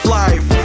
life